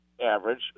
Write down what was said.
average